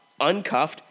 uncuffed